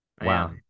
Wow